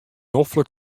noflik